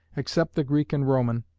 except the greek and roman,